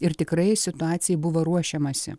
ir tikrai situacijai buvo ruošiamasi